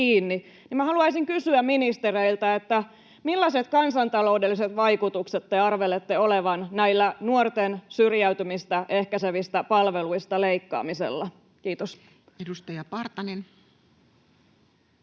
haluaisin kysyä ministereiltä: millaiset kansantaloudelliset vaikutukset te arvelette olevan tällä nuorten syrjäytymistä ehkäisevistä palveluista leikkaamisella? — Kiitos. [Speech